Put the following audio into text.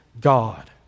God